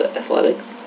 athletics